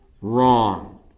wrong